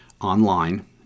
online